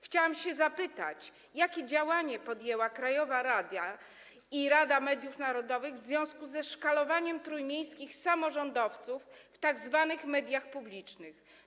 Chciałam zapytać, jakie działanie podjęła krajowa rada i Rada Mediów Narodowych w związku ze szkalowaniem trójmiejskich samorządowców w tzw. mediach publicznych.